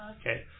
Okay